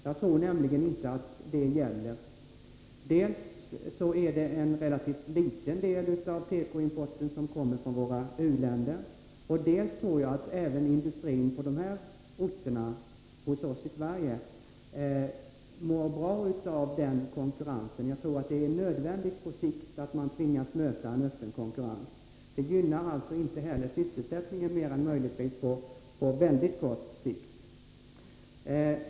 Jag tror inte att det är så. Dels kommer en relativt liten del av tekoimporten från våra u-länder, dels torde industrin på de aktuella orterna i Sverige må bra av den konkurrensen. Jag tror att det på sikt är nödvändigt att man tvingas möta en öppen konkurrens. Skyddet gynnar inte sysselsättningen mer än möjligtvis på väldigt kort sikt.